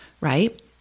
right